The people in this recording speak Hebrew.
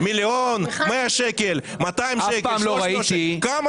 מיליון, 100 שקל, 200 שקל, 300 שקל?